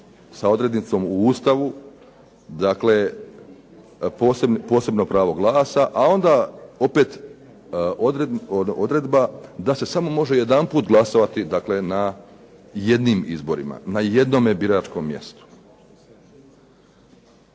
sa odrednicom u Ustavu dakle posebno pravo glasa, a onda opet odredba da se samo može jedanput glasovati dakle na jednim izborima, na jednome biračkom mjestu.